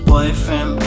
Boyfriend